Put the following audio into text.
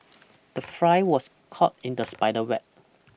the fly was caught in the spider web